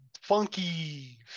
funky